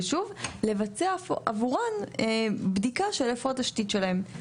לבצע עבורן בדיקה של איפה התשתית שלהן.